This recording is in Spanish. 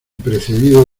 precedido